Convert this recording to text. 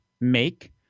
make